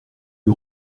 lui